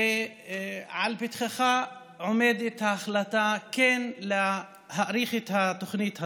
ולפתחך עומדת ההחלטה להאריך את התוכנית הזאת.